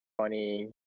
funny